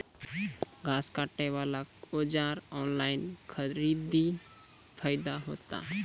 घास काटे बला औजार ऑनलाइन खरीदी फायदा होता?